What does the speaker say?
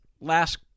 Last